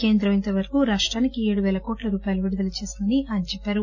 కేంద్రం ఇంతవరకు రాష్లానికి ఏడుపేల కోట్ల రూపాయలు విడుదల చేసిందని ఆయన చెప్పారు